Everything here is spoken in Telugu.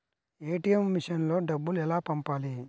ఏ.టీ.ఎం మెషిన్లో డబ్బులు ఎలా పంపాలి?